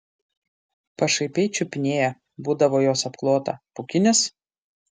pašaipiai čiupinėja būdavo jos apklotą pūkinis